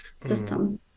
system